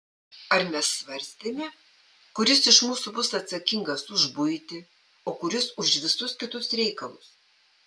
ar mes svarstėme kuris iš mūsų bus atsakingas už buitį o kuris už visus kitus reikalus